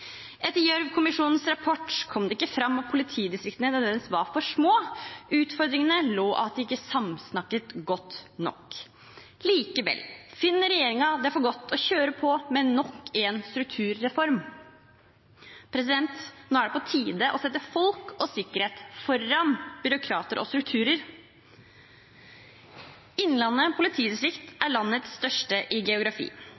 etter representant fra Høyre og Fremskrittspartiet skryter av økt satsing på politiet. Et politi på hjul, sier de, er et framtidsrettet politi. I Gjørv-kommisjonens rapport kom det ikke fram at politidistriktene nødvendigvis var for små. Utfordringen lå i at de ikke samsnakket godt nok. Likevel finner regjeringen det for godt å kjøre på med nok en strukturreform. Nå er det på tide å